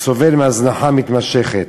שסובל מהזנחה מתמשכת.